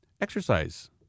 Exercise